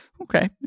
Okay